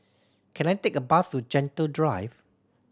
can I take a bus to Gentle Drive